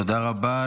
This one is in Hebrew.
תודה רבה.